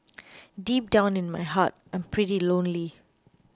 deep down in my heart I'm pretty lonely